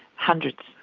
hundreds.